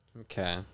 Okay